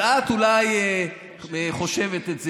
אבל את אולי חושבת את זה.